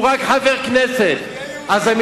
והוא רק חבר כנסת, אז יהיה יהודי.